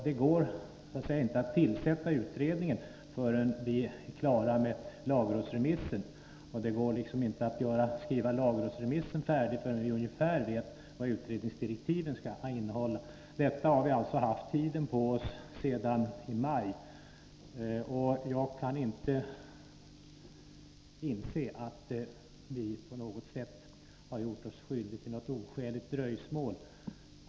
Det går inte att tillsätta utredningen förrän vi är klara med lagrådsremissen, och det går inte att skriva lagrådsremissen färdig förrän vi vet ungefär vad utredningsdirektiven skall innehålla. Till detta har vi alltså haft tiden sedan maj månad på oss, och jag kan inte inse att vi på något sätt har gjort oss skyldiga till något oskäligt dröjsmål.